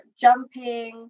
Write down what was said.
jumping